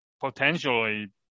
potentially